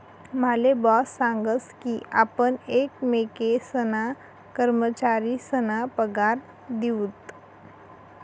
माले बॉस सांगस की आपण एकमेकेसना कर्मचारीसना पगार दिऊत